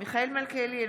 מיכאל מלכיאלי,